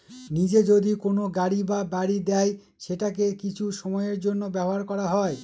নিজে যদি কোনো গাড়ি বা বাড়ি দেয় সেটাকে কিছু সময়ের জন্য ব্যবহার করা হয়